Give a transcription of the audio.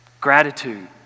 Gratitude